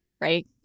right